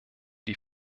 die